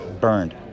burned